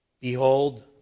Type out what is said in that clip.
Behold